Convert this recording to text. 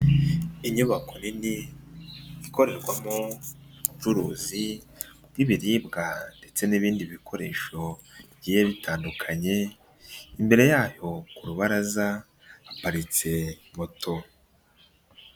Inyubako nini ikorerwamo bucuruzi bw'ibiribwa ndetse n'ibindi bikoresho bigiye bitandukanye, imbere yaho ku rubaraza haparitse moto.